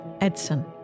Edson